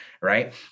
Right